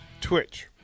Twitch